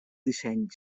disseny